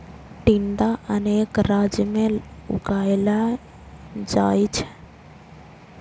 टिंडा अनेक राज्य मे उगाएल जाइ छै